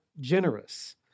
generous